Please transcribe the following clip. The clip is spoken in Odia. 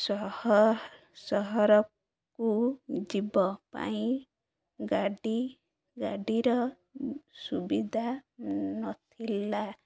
ସହ ସହରକୁ ଯିବା ପାଇଁ ଗାଡ଼ି ଗାଡ଼ିର ସୁବିଧା ନଥିଲା